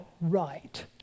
right